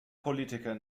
politiker